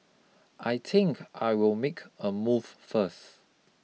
I think I will make a move first